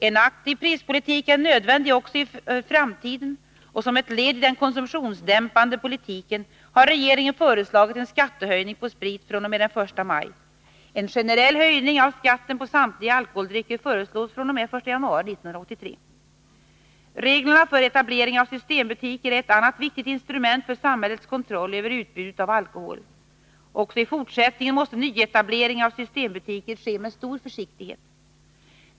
En aktiv prispolitik är nödvändig också i framtiden, och som ett led i den konsumtionsdämpande politiken har regeringen föreslagit en skattehöjning på sprit fr.o.m. den 1 maj. En generell höjning av skatten på samtliga alkoholdrycker föreslås fr.o.m. den 1 januari 1983. Reglerna för etablering av systembutiker är ett annat viktigt instrument för samhällets kontroll över utbudet av alkohol. Också i fortsättningen måste nyetablering av systembutiker ske med stor försiktighet.